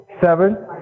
Seven